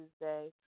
Tuesday